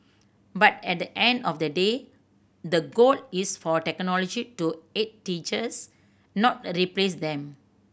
but at the end of the day the goal is for technology to aid teachers not replace them